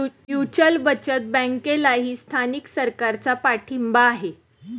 mutual बचत बँकेलाही स्थानिक सरकारचा पाठिंबा आहे